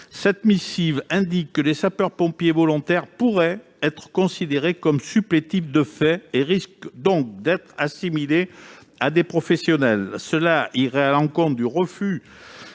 cette missive indique que les sapeurs-pompiers volontaires pourraient être considérés comme supplétifs de fait, risquant donc d'être assimilés à des professionnels. Cela irait à l'encontre du refus